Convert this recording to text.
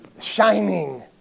shining